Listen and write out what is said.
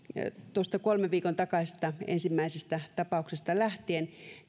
tuosta kolmen viikon takaisesta ensimmäisestä tapauksesta lähtien